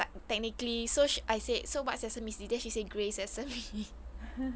<Z